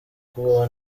kubaho